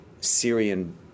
Syrian